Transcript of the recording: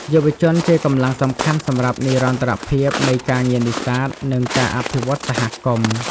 យុវជនជាកម្លាំងសំខាន់សម្រាប់និរន្តរភាពនៃការងារនេសាទ និងការអភិវឌ្ឍន៍សហគមន៍។